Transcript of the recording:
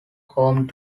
home